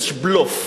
יש בלוף,